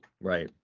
right